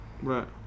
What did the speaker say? Right